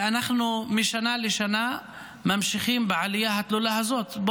ואנחנו משנה לשנה ממשיכים בעלייה התלולה הזאת.